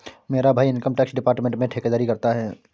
मेरा भाई income tax department में ठेकेदारी करता है